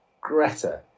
Greta